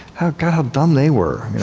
how how dumb they were.